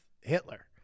Hitler